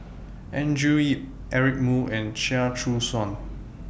Andrew Yip Eric Moo and Chia Choo Suan